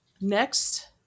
next